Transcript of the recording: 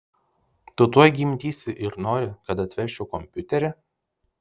tu tuoj gimdysi ir nori kad atvežčiau kompiuterį